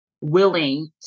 willing